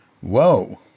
whoa